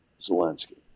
Zelensky